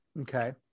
Okay